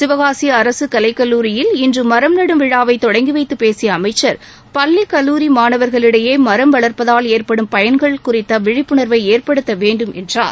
சிவகாசி அரசு கலைக் கல்லூரியில் இன்று மரம் நடும் விழாவை தொடங்கி வைத்து பேசிய அமைச்சர் பள்ளி கல்லூரி மாணவர்களிடையே மரம் வளர்ப்பதால் ஏற்படும் பயன்கள் குறித்த விழிப்புணர்வை ஏற்படுத்த வேண்டும் என்றார்